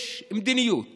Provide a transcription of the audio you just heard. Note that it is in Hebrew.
יש מדיניות